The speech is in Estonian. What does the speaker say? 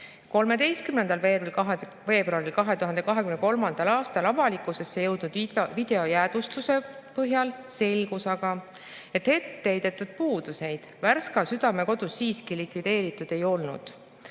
13. veebruaril 2023. aastal avalikkuse ette jõudnud videojäädvustuse põhjal selgus aga, et etteheidetud puudusi Värska Südamekodus siiski likvideeritud ei olnud.